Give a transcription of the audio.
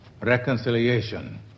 Reconciliation